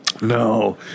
No